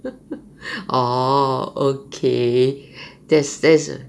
orh okay that's that's